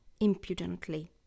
impudently